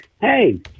Hey